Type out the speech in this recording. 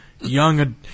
young